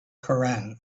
koran